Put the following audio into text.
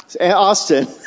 Austin